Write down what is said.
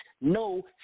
no